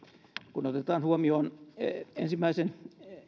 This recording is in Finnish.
kun otetaan huomioon ensimmäisen